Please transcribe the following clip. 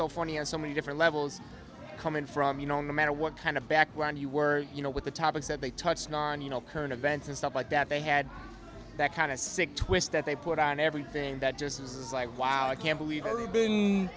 so funny and so many different levels coming from you know no matter what kind of background you were you know with the topics that they touched on you know current events and stuff like that they had that kind of sick twist that they put on everything that just this is like wow i can't believe you been